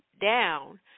down